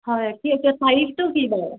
হয় কি কি চাইজটো কি হয়